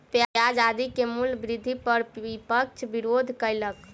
प्याज आदि के मूल्य वृद्धि पर विपक्ष विरोध कयलक